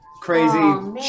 crazy